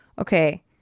Okay